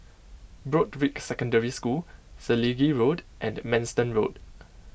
Broadrick Secondary School Selegie Road and Manston Road